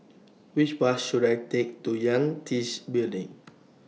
Which Bus should I Take to Yangtze Building